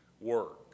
work